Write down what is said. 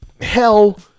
hell